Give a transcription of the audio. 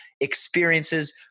experiences